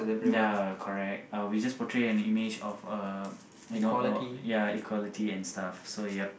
ya correct uh we just portray an image of uh you know uh ya equality and stuff so yup